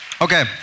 Okay